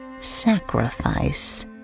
Sacrifice